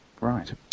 right